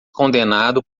condenado